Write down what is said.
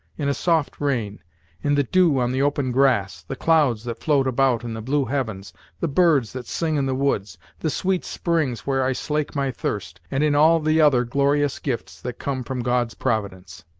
in a soft rain in the dew on the open grass the clouds that float about in the blue heavens the birds that sing in the woods the sweet springs where i slake my thirst and in all the other glorious gifts that come from god's providence!